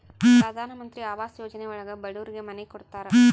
ಪ್ರಧನಮಂತ್ರಿ ಆವಾಸ್ ಯೋಜನೆ ಒಳಗ ಬಡೂರಿಗೆ ಮನೆ ಕೊಡ್ತಾರ